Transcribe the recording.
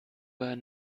were